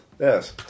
Yes